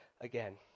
again